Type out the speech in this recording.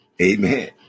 Amen